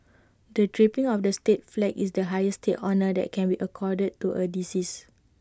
the draping of the state flag is the highest state honour that can be accorded to A deceased